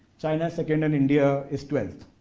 china is second, and india is twelfth.